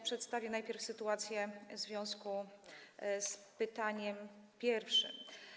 Przedstawię najpierw sytuację w związku z pytaniem pierwszym.